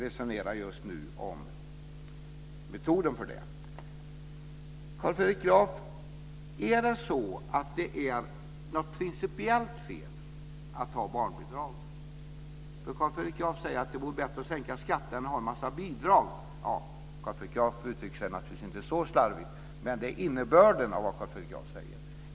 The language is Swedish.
Vi resonerar just nu om metoden. Menar Carl Fredrik Graf att det är principiellt fel att ha barnbidrag? Carl Fredrik Graf säger att det vore bättre att sänka skatterna än att ha en massa bidrag - Carl Fredrik Graf uttrycker sig naturligtvis inte så slarvigt, men det är innebörden av vad han säger.